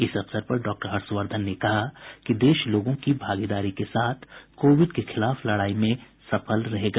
इस अवसर पर डॉक्टर हर्षवर्धन ने कहा कि देश लोगों की भागीदारी के साथ कोविड के खिलाफ लड़ाई में सफल रहेगा